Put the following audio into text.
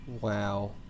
Wow